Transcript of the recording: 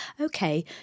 Okay